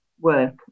work